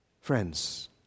Friends